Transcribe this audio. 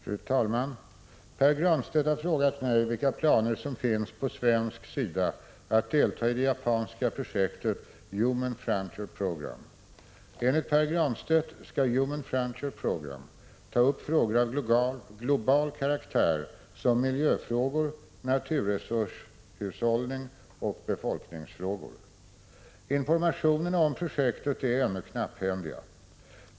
Fru talman! Pär Granstedt har frågat mig vilka planer som finns på svensk sida att delta i det japanska projektet Human frontier program. Enligt Pär Granstedt skall Human frontier program ta upp frågor av global karaktär som miljöfrågor, naturresurshushållning och befolkningsfrågor. Informationerna om projektet är ännu knapphändiga.